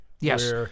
Yes